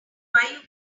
came